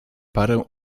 parę